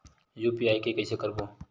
UPI के कइसे करबो?